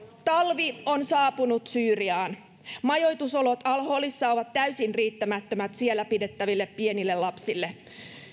talvi on saapunut syyriaan majoitusolot al holissa ovat täysin riittämättömät siellä pidettäville pienille lapsille